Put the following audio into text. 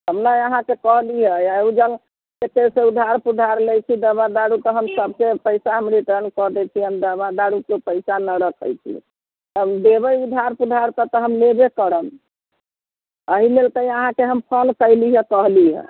हम ने अहाँ से कहली हँ उधार पुधार लय छी दवाइ दारू तहन सभकेँ पैसा हम रिटर्न कऽ दय छी हम दवा दारूके पैसा हम नहि रखैत छी आब देबै उधार पुधारसँ तऽ हम लेबे करम एहि लेल तऽ अहाँकेँ हम फोन कयली हँ